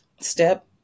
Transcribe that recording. step